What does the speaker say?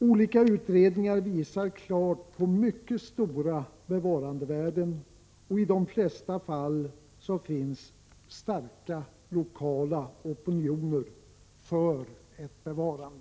Olika utredningar visar klart på mycket stora bevarandevärden, och i de kraftsutbyggnaden, flesta fall finns starka lokala opinioner för ett bevarande.